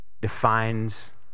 defines